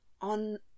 on